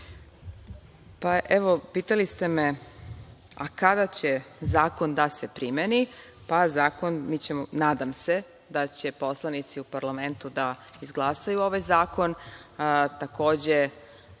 Pitali ste me – a kada će zakon da se primeni? Nadam se da će poslanici u parlamentu da izglasaju ovaj zakon, takođe